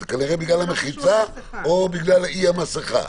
כנראה בגלל המחיצה או בגלל אי המסכה.